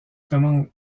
commande